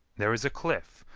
there is a cliff,